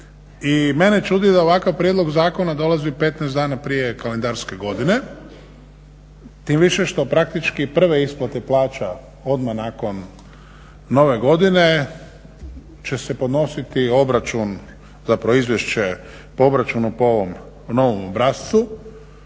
mene čudi da ovakav prijedlog zakona dolazi 15 dana prije kalendarske godine, tim više što praktički prve isplate plaća odmah nakon Nove godine će se podnositi obračun, zapravo izvješće po obračunu po ovom novom obrascu.